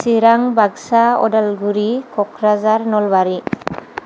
Chirang Baksa Udalguri Kokrajhar Nalbari